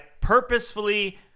purposefully